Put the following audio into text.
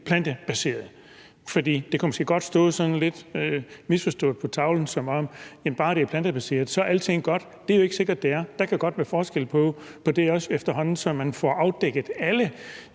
plantebaserede. Der kan måske godt være sådan lidt en misforståelse i forhold til at sige: Bare det er plantebaseret, så er alting godt. Det er jo ikke sikkert, det er det. Der kan godt være en forskel dér også, som man kan se, efterhånden som man får afdækket alle